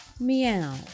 Meow